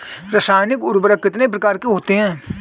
रासायनिक उर्वरक कितने प्रकार के होते हैं?